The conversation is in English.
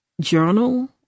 journal